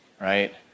right